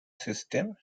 system